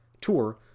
tour